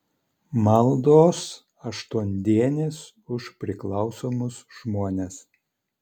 maldos aštuondienis už priklausomus žmones